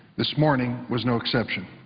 this morning was no exception.